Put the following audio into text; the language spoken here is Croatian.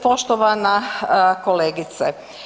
Poštovana kolegice.